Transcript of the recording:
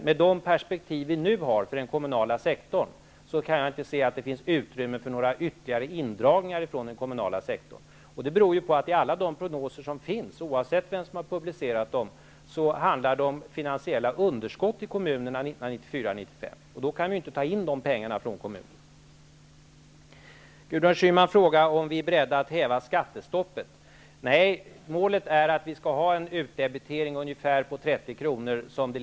Med de perspektiv vi nu har för den kommunala sektorn, kan jag inte se att det finns utrymme för några ytterligare indragningar från den kommunala sektorn. Det beror på att det i alla prognoser, oavsett vem som har publicerat dem, handlar om finansiella underskott i kommunerna 1994-1995. Då kan vi inte ta in de pengarna från kommunerna. Gudrun Schyman frågade om vi är beredda att häva skattestoppet. Nej, målet är att vi skall ha en utdebitering på ungefär 30 kr.